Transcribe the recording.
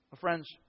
Friends